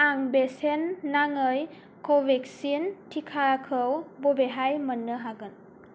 आं बेसेन नाङि कवेक्सिन टिकाखौ बबेहाय मोन्नो हागोन